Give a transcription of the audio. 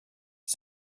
les